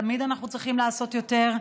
תמיד אנחנו צריכים לעשות יותר,